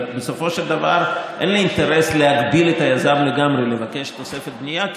בסופו של דבר אין לי אינטרס להגביל את היזם לגמרי מלבקש תוספת בנייה,